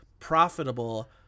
profitable